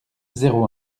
zéro